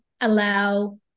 allow